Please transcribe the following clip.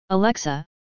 Alexa